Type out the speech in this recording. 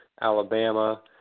Alabama